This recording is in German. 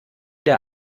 der